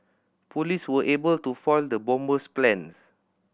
police were able to foil the bomber's plans